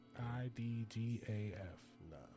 I-D-G-A-F